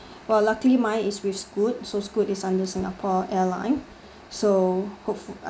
well luckily mine is with scoot so scoot is under singapore airline so hopeful